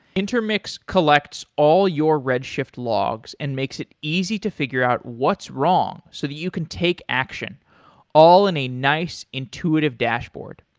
intermix collects all your redshift logs and makes it easy to figure what's wrong so that you can take action all in a nice intuitive dashboard.